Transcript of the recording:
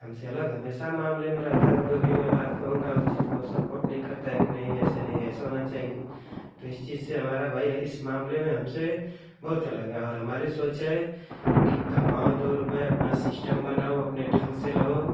हमसे अलग हमेशा मामले में रहता है और जो भी मैं बात कहूँगा उस चीज को सपोर्ट नहीं करता है कि नहीं ऐसे नहीं ऐसे होना चाहिए तो इस चीज से हमारा भाई है इस मामले में हमसे बहुत अलग है और हमारी सोच है कि कमाओ दो रुपये अपना सिस्टम बनाओ अपने ढंग से रहो